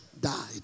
died